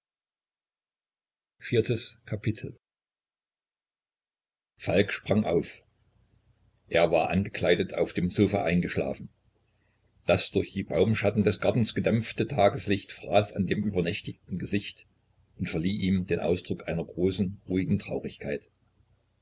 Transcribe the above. falk sprang auf er war angekleidet auf dem sofa eingeschlafen das durch die baumschatten des gartens gedämpfte tageslicht fraß an dem übernächtigten gesicht und verlieh ihm den ausdruck einer großen ruhigen traurigkeit